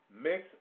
Mix